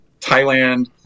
Thailand